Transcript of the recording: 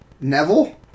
Neville